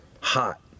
hot